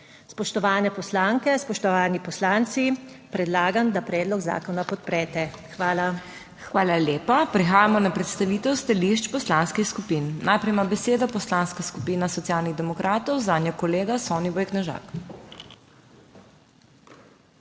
Spoštovane poslanke, spoštovani poslanci, predlagam, da predlog zakona podprete. Hvala. **PODPREDSEDNICA MAG. MEIRA HOT:** Hvala lepa. Prehajamo na predstavitev stališč poslanskih skupin. Najprej ima besedo Poslanska skupina Socialnih demokratov, zanjo kolega Soniboj Knežak.